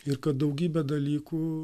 ir kad daugybė dalykų